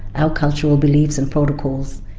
our cultural beliefs and protocols.